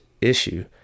issue